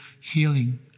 healing